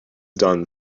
done